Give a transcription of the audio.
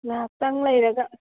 ꯉꯍꯥꯛꯇꯪ ꯂꯩꯔꯒ